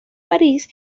parís